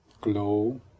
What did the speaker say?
glow